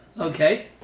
Okay